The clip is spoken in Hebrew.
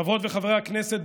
חברות וחברי הכנסת,